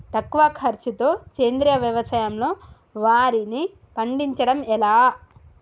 తక్కువ ఖర్చుతో సేంద్రీయ వ్యవసాయంలో వారిని పండించడం ఎలా?